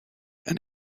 and